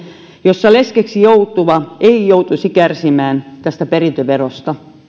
jossa leskeksi joutuva ei joutuisi kärsimään tästä perintöverosta